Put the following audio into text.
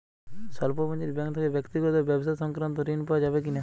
স্বল্প পুঁজির ব্যাঙ্ক থেকে ব্যক্তিগত ও ব্যবসা সংক্রান্ত ঋণ পাওয়া যাবে কিনা?